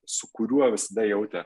su kuriuo visada jautė